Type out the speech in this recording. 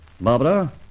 Barbara